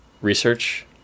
research